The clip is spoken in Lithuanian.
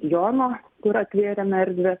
jono kur atvėrėm erdvę